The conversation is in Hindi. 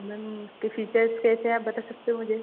मैम उसके फ़ीचर्स कैसे हैं आप बता सकते हो मुझे